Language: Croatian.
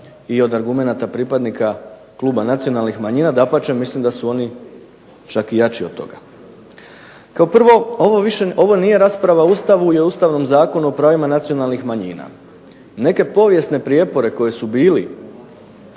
i od argumenata pripadnika kluba nacionalnih manjina. Dapače, mislim da su oni čak i jači od toga. Kao prvo ovo nije rasprava o Ustavu i o Ustavnom zakonu o pravima nacionalnih manjina. Neke povijesne prijepore koji su bili,